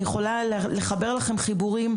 אני יכולה לחבר לכם חיבורים,